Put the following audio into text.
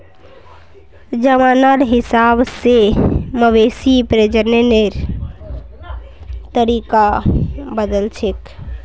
जमानार हिसाब से मवेशी प्रजननेर तरीका बदलछेक